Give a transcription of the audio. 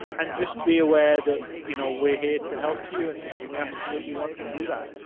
and just be aware that, you know, we're here to help you. and and we absolutely want to do that.